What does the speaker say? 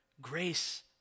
grace